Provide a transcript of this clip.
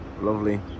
lovely